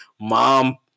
Mom